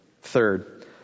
Third